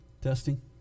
Testing